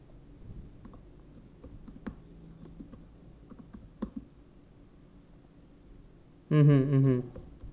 mm mm mm